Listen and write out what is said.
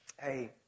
hey